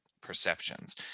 perceptions